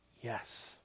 Yes